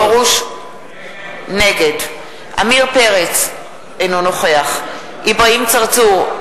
נגד עמיר פרץ, אינו נוכח אברהים צרצור,